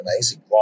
amazing